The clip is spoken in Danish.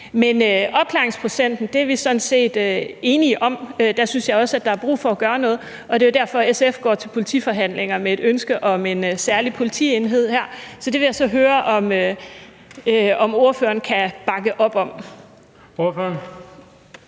om opklaringsprocenten er vi sådan set enige om. Der synes jeg også, der er brug for at gøre noget, og det er jo derfor, at SF går til politiforhandlinger med et ønske om en særlig politienhed her. Så det vil jeg så høre, om ordføreren kan bakke op om. Kl.